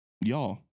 y'all